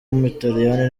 w’umutaliyani